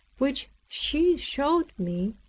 which she showed me,